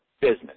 business